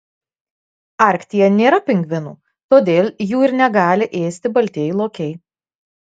arktyje nėra pingvinų todėl jų ir negali ėsti baltieji lokiai